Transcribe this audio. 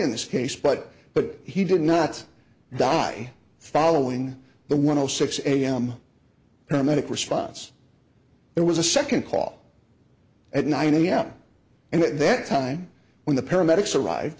in this case but but he did not die following the one o six am paramedic response there was a second call at nine am and what that time when the paramedics arrive